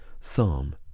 Psalm